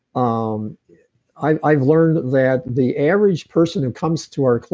um i've i've learned that the average person who comes to our.